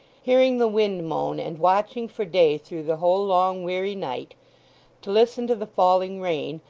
hearing the wind moan and watching for day through the whole long weary night to listen to the falling rain,